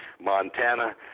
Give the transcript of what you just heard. Montana